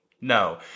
No